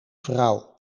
vrouw